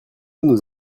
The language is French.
nous